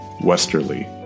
westerly